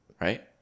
Right